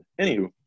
Anywho